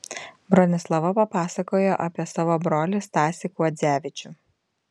bronislava papasakojo apie savo brolį stasį kuodzevičių